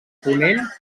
ponent